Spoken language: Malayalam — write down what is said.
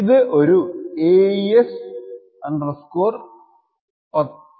ഇത് ഒരു AES 1024